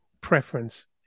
preference